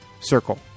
circle